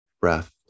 Breath